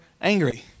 angry